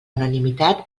unanimitat